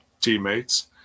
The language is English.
teammates